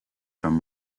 from